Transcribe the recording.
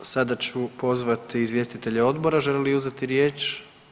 Sada ću pozvati izvjestitelje odbora žele li uzeti riječ?